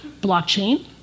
Blockchain